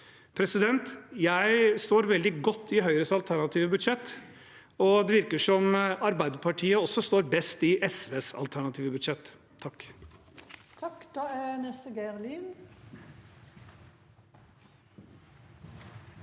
Jeg står veldig godt i Høyres alternative budsjett, og det virker som Arbeiderpartiet også står best i SVs alternative budsjett. Geir